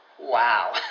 Wow